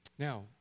Now